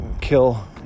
kill